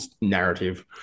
narrative